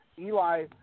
Eli